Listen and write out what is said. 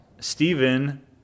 Stephen